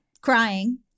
crying